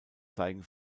zeigen